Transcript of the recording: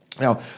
Now